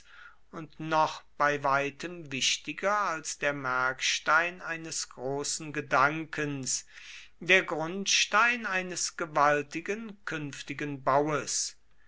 und noch bei weitem wichtiger als der merkstein eines großen gedankens der grundstein eines gewaltigen künftigen baues